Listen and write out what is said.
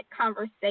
conversation